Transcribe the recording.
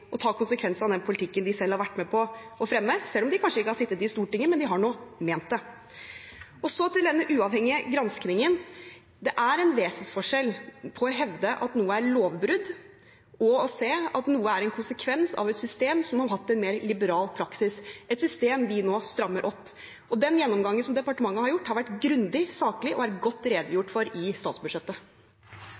ta konsekvensen av den politikken de selv har vært med på å fremme, selv om de kanskje ikke har sittet i Stortinget, men de har nå ment det. Så til denne uavhengige granskingen: Det er en vesensforskjell på å hevde at noe er et lovbrudd, og å se at noe er en konsekvens av et system som har hatt en mer liberal praksis, et system vi nå strammer opp. Den gjennomgangen departementet har gjort, har vært grundig, saklig og er godt redegjort for i statsbudsjettet.